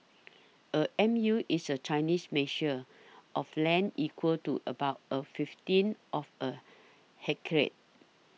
a M U is a Chinese measure of land equal to about a fifteen of a hectare